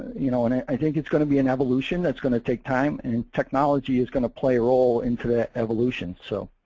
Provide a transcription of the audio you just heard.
you know and i think it's gonna be an evolution that's gonna take time, and technology is gonna play a role into that evolution. so